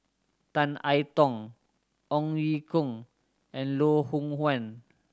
Tan I Tong Ong Ye Kung and Loh Hoong Kwan